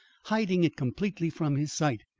hiding it completely from his sight,